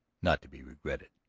not to be regretted.